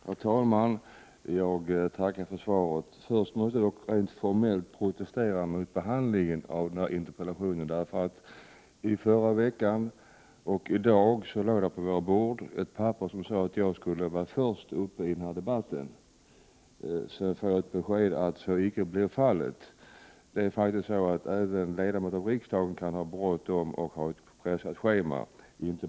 Herr talman! Jag tackar för svaret. Först måste jag dock rent formellt protestera mot behandlingen av interpellationen. I förra veckan, och i dag, låg på våra bord ett papper, där det sades att jag skulle komma upp först i dagens debatt. Sedan får jag ett besked om att så icke blir fallet. Även en ledamot av riksdagen, och inte bara statsråd, kan ha bråttom, kan ha ett pressat schema.